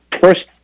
first